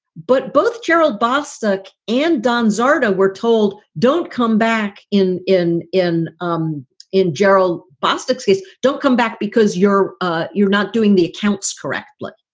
but both gerald bostock and don zadow, we're told, don't come back in in in um in gerald bostick says don't come back because you're ah you're not doing the accounts correctly.